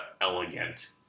elegant